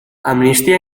amnistia